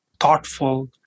thoughtful